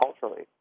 culturally